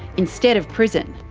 instead of prison.